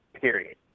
period